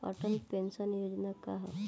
Atal pension Yojana का ह?